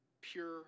pure